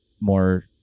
more